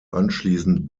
anschließend